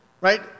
Right